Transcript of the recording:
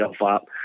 up